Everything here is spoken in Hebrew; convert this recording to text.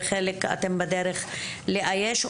וחלק אתם בדרך לאייש.